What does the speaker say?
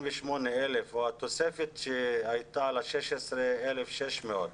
ה-28,000 או התוספת שהייתה ל-16,600,